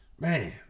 Man